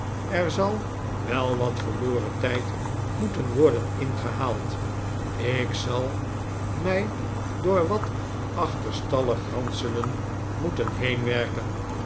er zal wel wat verloren tijd moeten worden ingehaald ik zal mij door wat achterstallig ranselen moeten